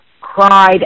cried